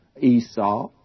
Esau